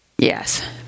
Yes